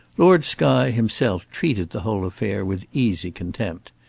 lord skye himself treated the whole affair with easy contempt.